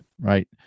right